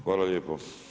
Hvala lijepo.